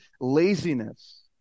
laziness